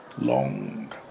Long